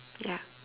ya